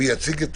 מי יציג את